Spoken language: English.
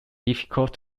difficult